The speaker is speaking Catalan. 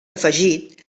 afegit